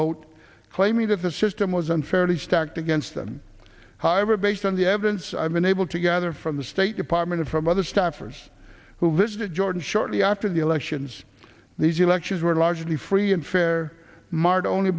vote claiming that the system was unfairly stacked against them however based on the evidence i've been able to gather from the state department from other staffers who visited jordan shortly after the elections these elections were largely free and fair marred only